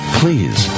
please